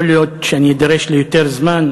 יכול להיות שאני אדרש ליותר זמן,